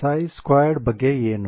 ψ2 ಬಗ್ಗೆ ಏನು